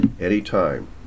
anytime